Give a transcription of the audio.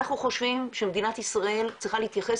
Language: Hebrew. אנחנו חושבים שמדינת ישראל צריכה להתייחס